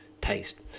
taste